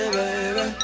baby